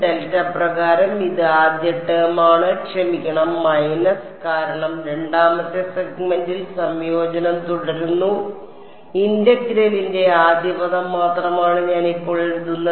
delta പ്രകാരം ഇത് ആദ്യ ടേം ആണ് ക്ഷമിക്കണം മൈനസ് കാരണം രണ്ടാമത്തെ സെഗ്മെന്റിൽ സംയോജനം തുടരുന്നു ഇന്റഗ്രലിന്റെ ആദ്യ പദം മാത്രമാണ് ഞാൻ ഇപ്പോൾ എഴുതുന്നത്